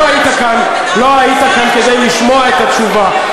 לא היית כאן כדי לשמוע את התשובה.